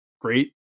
great